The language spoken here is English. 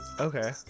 Okay